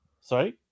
Sorry